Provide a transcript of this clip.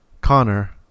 Connor